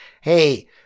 hey